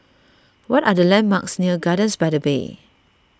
what are the landmarks near Gardens by the Bay